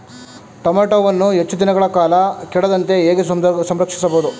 ಟೋಮ್ಯಾಟೋವನ್ನು ಹೆಚ್ಚು ದಿನಗಳ ಕಾಲ ಕೆಡದಂತೆ ಹೇಗೆ ಸಂರಕ್ಷಿಸಬಹುದು?